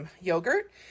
yogurt